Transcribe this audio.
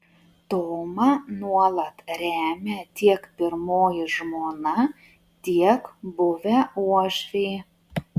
tomą nuolat remia tiek pirmoji žmona tiek buvę uošviai